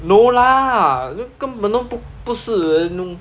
no lah n~ 根本都不不是 then no~